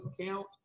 account